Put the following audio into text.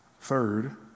Third